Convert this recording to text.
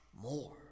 more